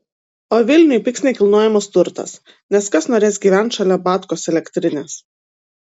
o vilniuj pigs nekilnojamas turtas nes kas norės gyvent šalia batkos elektrinės